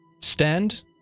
Stand